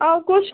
और कुछ